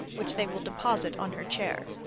which they will deposit on her chair.